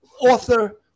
author